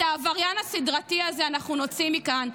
את העבריין הסדרתי הזה נוציא מכאן,